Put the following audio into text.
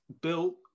built